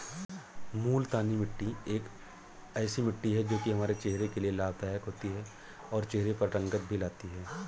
मूलतानी मिट्टी ऐसी मिट्टी है जो की हमारे चेहरे के लिए लाभदायक होती है और चहरे पर रंगत भी लाती है